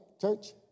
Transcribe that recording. church